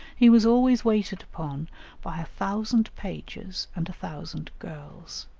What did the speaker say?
he was always waited upon by a thousand pages and a thousand girls.